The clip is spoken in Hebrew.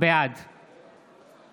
בעד עמיחי שיקלי, אינו